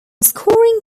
scoring